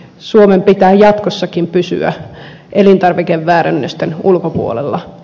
suomen pitää jatkossakin pysyä elintarvikeväärennösten ulkopuolella